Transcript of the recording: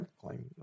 claim